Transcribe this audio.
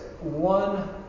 one